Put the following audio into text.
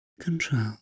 control